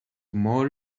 more